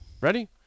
ready